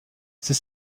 ses